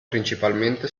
principalmente